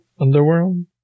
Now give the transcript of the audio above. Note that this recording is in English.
Underworld